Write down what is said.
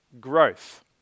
growth